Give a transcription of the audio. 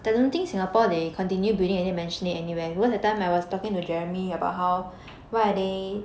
I don't think Singapore they continue building and you mentioned anywhere because that time I was talking to jeremy about how what are they